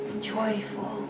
joyful